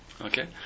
Okay